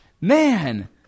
man